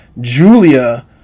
Julia